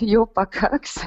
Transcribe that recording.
jau pakaks